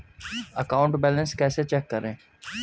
Account balance कैसे check करें?